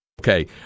Okay